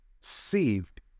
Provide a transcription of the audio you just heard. saved